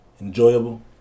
enjoyable